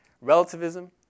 relativism